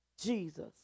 Jesus